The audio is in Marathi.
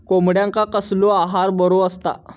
कोंबड्यांका कसलो आहार बरो असता?